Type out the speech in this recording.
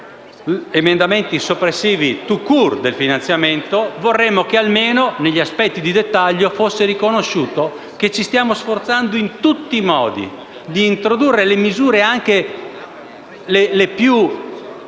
emendamenti soppressivi *tout court* del finanziamento e vorremmo che, almeno negli aspetti di dettaglio, fosse riconosciuto che ci stiamo sforzando in tutti i modi di introdurre misure, anche le più